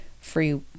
free